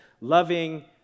loving